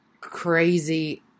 crazy